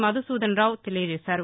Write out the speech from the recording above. మధుసూధనరావు తెలియజేశారు